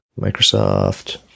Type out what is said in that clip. Microsoft